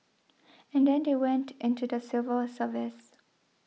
and then they went into the civil service